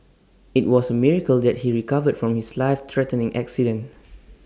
IT was A miracle that he recovered from his life threatening accident